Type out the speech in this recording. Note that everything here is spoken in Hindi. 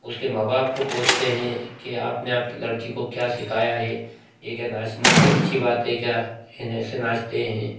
उसके माँ बाप को कोसते हें कि आपने अपनी लड़की को क्या सिखाया हे ये क्या नाचना कोई अच्छी बात है क्या इन ऐसे नाचते हैं